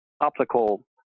optical